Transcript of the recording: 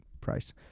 price